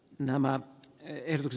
kannatan ed